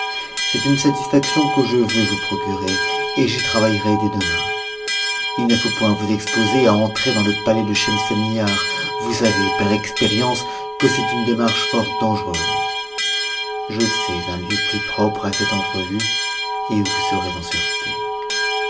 c'est une satisfaction que je veux vous procurer et j'y travaillerai dès demain il ne faut point vous exposer à entrer dans le palais de schemselnihar vous savez par expérience que c'est une démarche fort dangereuse je sais un lieu plus propre à cette entrevue et où vous serez eu sûreté